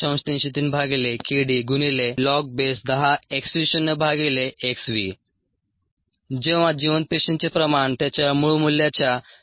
303kd log10 जेंव्हा जिवंत पेशींचे प्रमाण त्याच्या मूळ मूल्याच्या 0